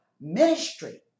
ministry